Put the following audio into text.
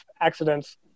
accidents